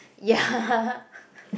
ya